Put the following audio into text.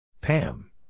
Pam